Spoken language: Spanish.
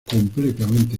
completamente